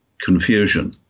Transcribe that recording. confusion